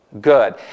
Good